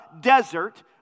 desert